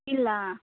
ಇಲ್ಲ